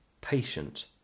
patient